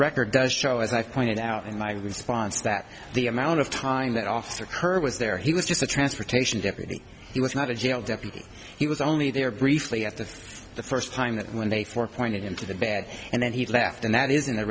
record does show as i pointed out in my response that the amount of time that officer heard was there he was just a transportation deputy he was not a jail deputy he was only there briefly at the the first time that when they for pointed him to the bag and then he left and that isn't a